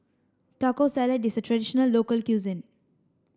Taco Salad is a traditional local cuisine